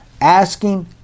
Asking